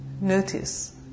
Notice